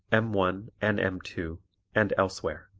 m one and m two and elsewhere.